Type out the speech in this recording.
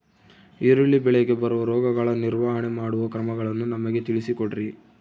ಈರುಳ್ಳಿ ಬೆಳೆಗೆ ಬರುವ ರೋಗಗಳ ನಿರ್ವಹಣೆ ಮಾಡುವ ಕ್ರಮಗಳನ್ನು ನಮಗೆ ತಿಳಿಸಿ ಕೊಡ್ರಿ?